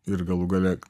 ir galų gale